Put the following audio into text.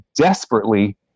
desperately